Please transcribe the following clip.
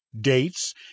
Dates